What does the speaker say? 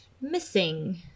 missing